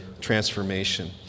transformation